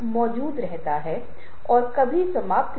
और यह एक ऐसी चीज है जिसे आपको बार बार क्रॉस चेक करने की आवश्यकता होगी